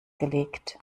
gelegt